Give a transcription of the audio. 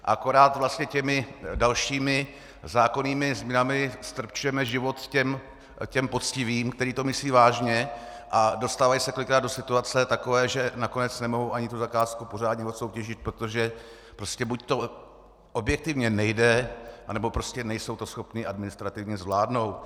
Akorát vlastně těmi dalšími zákonnými změnami ztrpčujeme život těm poctivým, kteří to myslí vážně a dostávají se kolikrát do situace takové, že nakonec nemohou ani tu zakázku pořádně odsoutěžit, protože buď to objektivně nejde, anebo to prostě nejsou schopni administrativně zvládnout.